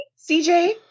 CJ